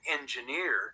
engineer